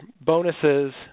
bonuses